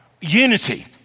Unity